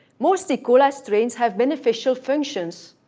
most e. coli strains have beneficial functions.